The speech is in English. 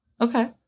Okay